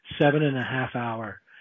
seven-and-a-half-hour